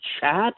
chat